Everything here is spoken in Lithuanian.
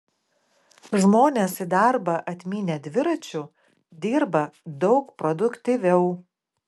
žmonės į darbą atmynę dviračiu dirba daug produktyviau